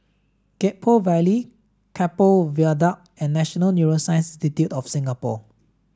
Gek Poh Ville Keppel Viaduct and National Neuroscience Institute of Singapore